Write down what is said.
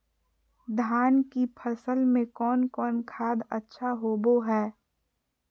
धान की फ़सल में कौन कौन खाद अच्छा होबो हाय?